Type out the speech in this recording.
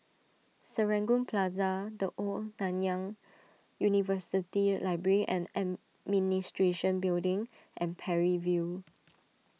Serangoon Plaza the Old Nanyang University Library and Administration Building and Parry View